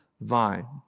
vine